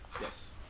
Yes